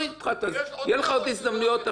יהיו לך עוד הזדמנויות אחרי כן,